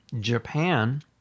Japan